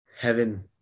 Heaven